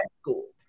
school